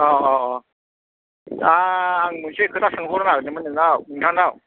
दा आङो मोनसे खोथा सोंहरनो नागिरदोंमोन नोंनाव नोंथांनाव